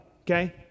Okay